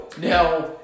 Now